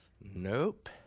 Nope